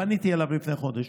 פניתי אליו לפני חודש